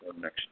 next